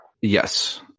Yes